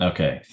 Okay